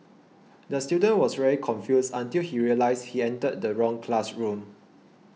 the student was very confused until he realised he entered the wrong classroom